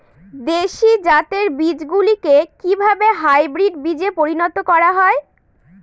দেশি জাতের বীজগুলিকে কিভাবে হাইব্রিড বীজে পরিণত করা হয়?